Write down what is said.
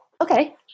Okay